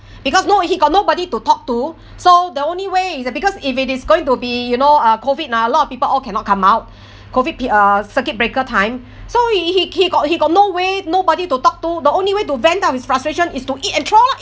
because no he got nobody to talk to so the only way is because if it is going to be you know uh COVID ah a lot of people all cannot come out COVID pe~ uh circuit breaker time so he he he got he got no way nobody to talk to the only way to vent out his frustration is to eat and throw lah